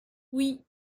oui